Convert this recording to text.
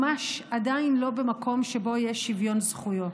ממש עדיין לא במקום שבו יש שוויון זכויות.